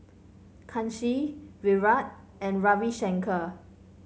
Kanshi Virat and Ravi Shankar